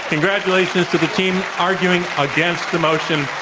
congratulations to the team arguing against the motion.